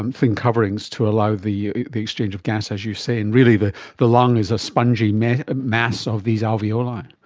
and thin coverings to allow the the exchange of gas, as you say, and really the the lung is a spongy ah mass of these alveoli.